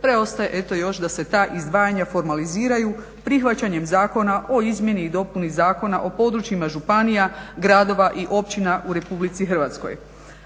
preostaje eto još da se ta izdvajanja formaliziraju prihvaćanjem Zakona o izmjeni i dopuni Zakona o područjima županija, gradova i općina u RH. Zakonskim